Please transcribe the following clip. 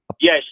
Yes